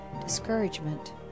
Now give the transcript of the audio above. discouragement